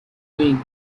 queen